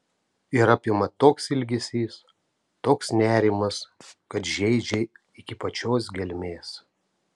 ir apima toks ilgesys toks nerimas kad žeidžia iki pačios gelmės